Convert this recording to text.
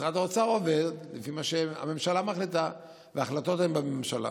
ומשרד האוצר עובד לפי מה שהממשלה מחליטה וההחלטות הן בממשלה.